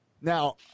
Now